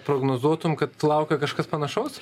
prognozuotum kad laukia kažkas panašaus